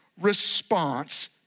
response